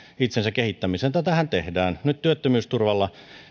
itsensä kehittämiseen tätähän tehdään nyt työttömyysturvalla